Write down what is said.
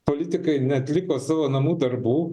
politikai neatliko savo namų darbų